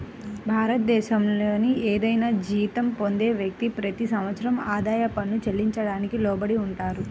భారతదేశంలోని ఏదైనా జీతం పొందే వ్యక్తి, ప్రతి సంవత్సరం ఆదాయ పన్ను చెల్లించడానికి లోబడి ఉంటారు